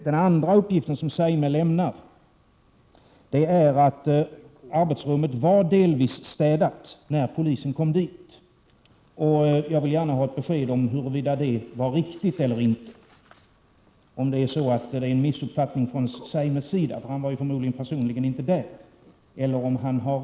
Den andra uppgift som Zeime lämnar är att arbetsrummet delvis var städat när polisen kom dit. Jag vill gärna ha ett besked om huruvida det härvidlag är fråga om en missuppfattning från Zeimes sida — han var ju inte där personligen — eller om han har rätt i sin uppgift. sig an arbetet med dessa handlingar.